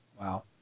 Wow